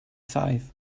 size